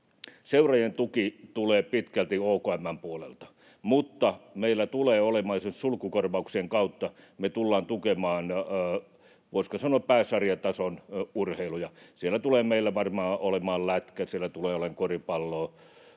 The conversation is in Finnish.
Seurojen tuki tulee pitkälti OKM:n puolelta. Mutta me tulemme tukemaan esimerkiksi sulkukorvauksien kautta, voisiko sanoa, pääsarjatason urheilua. Siellä tulee meillä varmaan olemaan lätkää, siellä tulee olemaan koripalloa